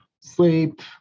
sleep